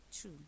true